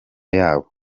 yabo